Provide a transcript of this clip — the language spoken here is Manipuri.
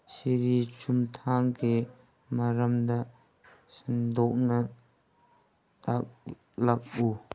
ꯁꯤꯔꯤ ꯆꯨꯝꯊꯥꯡꯒꯤ ꯃꯔꯝꯗ ꯁꯟꯗꯣꯛꯅ ꯇꯥꯛꯂꯛꯎ